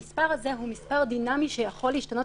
המספר הזה הוא מספר דינמי שיכול להשתנות